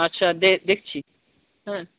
আচ্ছা দেখছি হ্যাঁ